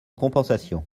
compensation